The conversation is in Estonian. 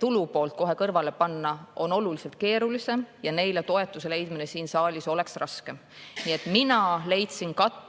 tulupoolt kohe kõrvale panna, on oluliselt keerulisem ja neile toetuse leidmine siin saalis oleks raskem. Nii et mina leidsin katte